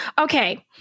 Okay